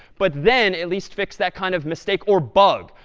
but then at least fix that kind of mistake or bug.